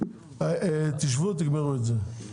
תשבו תגמרו את זה,